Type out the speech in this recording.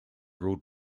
ruled